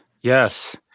Yes